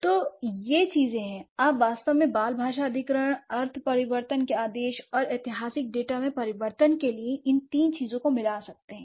तो ये चीजें हैं आप वास्तव में बाल भाषा अधिग्रहण अर्थ परिवर्तन के आदेश और ऐतिहासिक डेटा में परिवर्तन के लिए इन तीन चीजों को मिला सकते हैं